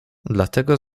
dlatego